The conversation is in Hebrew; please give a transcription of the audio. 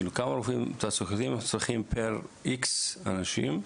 כמה רופאים תעסוקתיים צריכים פר X אנשים?